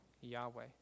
Yahweh